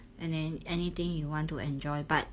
and then anything you want to enjoy but